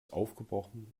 aufgebrochen